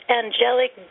angelic